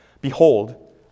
Behold